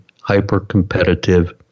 hyper-competitive